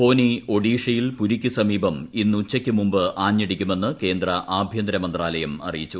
ഫോനി ഒഡീഷയിൽ പുരിക്ക് സമീപം ഇന്ന് ഉച്ചയ്ക്ക് മുമ്പ് ആഞ്ഞടിക്കുമെന്ന് കേന്ദ്ര ആഭ്യന്തര മന്ത്രാലയം അറിയിച്ചു